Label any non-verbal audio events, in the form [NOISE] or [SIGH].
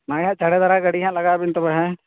[UNINTELLIGIBLE] ᱡᱟᱲᱮ ᱫᱷᱟᱨᱮ ᱜᱟᱹᱰᱤ ᱦᱟᱸᱜ ᱞᱟᱜᱟᱣᱵᱮᱱ ᱛᱚᱵᱮ ᱦᱮᱸ